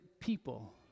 people